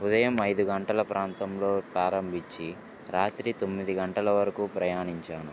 ఉదయం ఐదు గంటల ప్రాంతంలో ప్రారంభించి రాత్రి తొమ్మిది గంటల వరకు ప్రయాణించాను